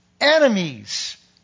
enemies